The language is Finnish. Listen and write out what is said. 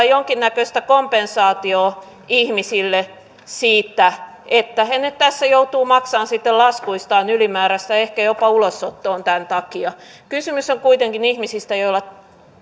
jonkinnäköistä kompensaatiota ihmisille siitä että he nyt tässä joutuvat maksamaan sitten laskuistaan ylimääräistä ehkä jopa ulosottoon tämän takia kysymys on kuitenkin ihmisistä joilla on